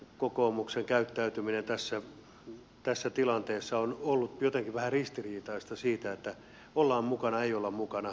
kokoomuksen käyttäytyminen tässä tilanteessa on ollut jotenkin vähän ristiriitaista siinä että ollaan mukana ei olla mukana